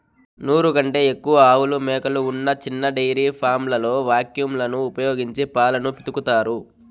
నూరు కంటే ఎక్కువ ఆవులు, మేకలు ఉన్న చిన్న డెయిరీ ఫామ్లలో వాక్యూమ్ లను ఉపయోగించి పాలను పితుకుతారు